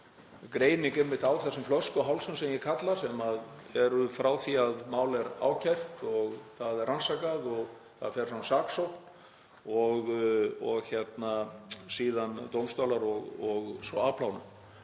greining einmitt á þessum flöskuhálsum, sem ég kalla, sem eru frá því að mál er ákært og það er rannsakað og það fer fram saksókn og síðan dómstólar og svo afplánun.